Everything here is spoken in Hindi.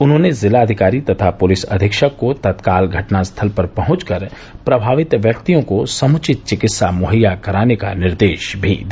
उन्होंने ज़िलाधिकारी तथा पुलिस अधीक्षक को तत्काल घटना स्थल पर पहुंच कर प्रभावित व्यक्तियों को समुचित चिकित्सा मुहैया कराने का निर्देश भी दिया